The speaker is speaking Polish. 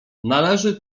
należy